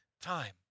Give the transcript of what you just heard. time